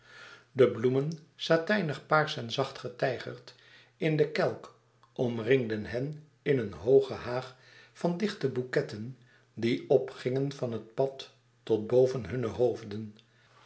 de bloemen satijnig paarsch en zacht getijgerd in den kelk omringden hen in een hooge haag van dichte bouquetten die opgingen van het pad tot boven hunne hoofden